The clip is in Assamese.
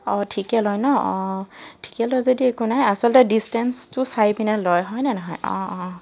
অঁ ঠিকে লয় ন অঁ ঠিকে লয় যদি একো নাই আচলতে ডিচটেঞ্চটো চাই পেলাই লয় হয়নে নহয় অঁ